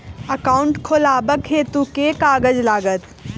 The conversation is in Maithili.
एकाउन्ट खोलाबक हेतु केँ कागज लागत?